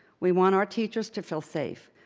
we want our teachers to feel safe.